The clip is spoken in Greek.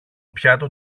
πιάτο